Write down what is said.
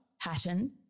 pattern